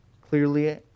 clearly